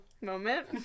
moment